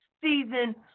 season